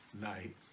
night